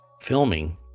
filming